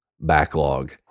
backlog